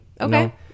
Okay